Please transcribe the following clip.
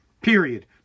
Period